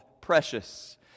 precious